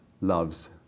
loves